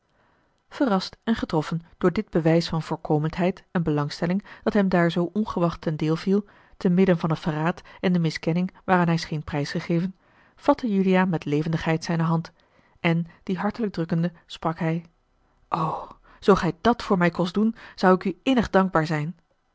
verrast en getroffen door dit bewijs van volkomendheid en belangstelling dat hem daar zoo ongewacht ten deel viel te midden van het verraad en de miskenning waaraan hij scheen prijsgegeven vatte juliaan met levendigheid zijne hand en die hartelijk drukkende sprak hij o zoo gij dàt voor mij kon doen zou ik u innig dankbaar zijn